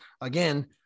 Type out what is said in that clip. again